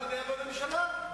לא הליכוד היה בממשלה?